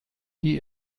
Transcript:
die